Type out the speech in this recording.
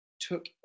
took